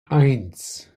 eins